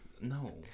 No